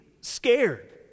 scared